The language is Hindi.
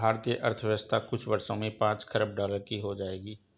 भारतीय अर्थव्यवस्था कुछ वर्षों में पांच खरब डॉलर की हो जाएगी